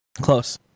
Close